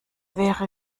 wäre